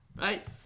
Right